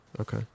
Okay